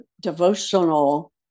devotional